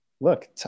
Look